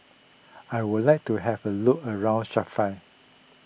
I would like to have a look around Sofia